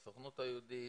לסוכנות היהודית,